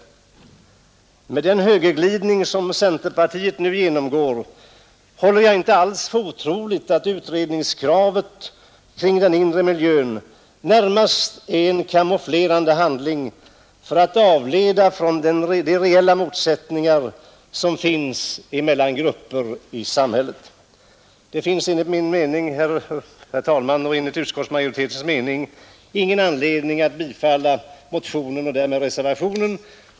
Med tanke på den högerglidning som centerpartiet nu genomgår håller jag inte alls för otroligt att kravet på utredning kring den inre miljön närmast är en kamouflerande handling för att avleda intresset från de reella motsättningar som finns emellan olika grupper i samhället. Det finns enligt min och utskottsmajoritetens mening, herr talman, ingen anledning att bifalla motionen och därmed reservationen.